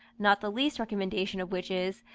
not the least recommendation of which is,